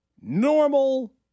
normal